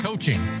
Coaching